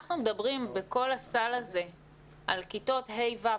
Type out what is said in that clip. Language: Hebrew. כשאנחנו מדברים בכל הסל הזה על כיתות ה' ו',